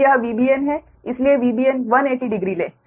तो यह VBn है इसलिए VBn 180 डिग्री लें